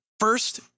First